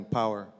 power